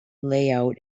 layout